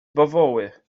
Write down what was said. bawoły